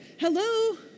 Hello